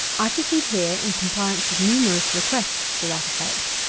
i proceed here, in compliance with numerous requests to that effect,